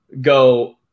go –